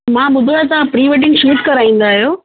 मां ॿुधो आहे तव्हां प्री वेडींग शूट कराईंदा आहियो